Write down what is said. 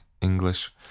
English